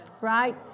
right